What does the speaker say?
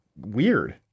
weird